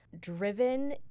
Driven